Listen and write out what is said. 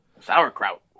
Sauerkraut